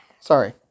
Sorry